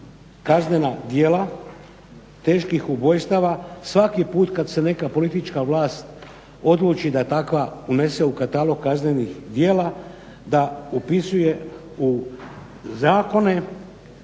kaznena djela teških ubojstava svaki put kad se neka politička vlast odluči da takva unese u katalog kaznenih djela da upisuje u zakone